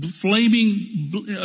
flaming